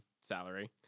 salary